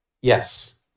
Yes